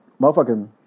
motherfucking